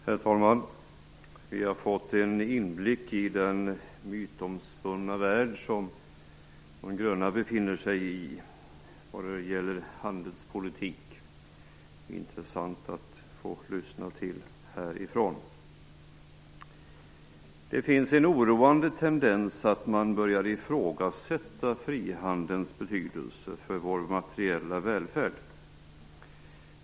Herr talman! Vi har just fått en inblick i den mytomspunna värld som de gröna befinner sig i när det gäller handelspolitik. Det var intressant få att lyssna till. Det finns en oroande tendens att man börjar ifrågasätta frihandelns betydelse för vår materiella välfärd.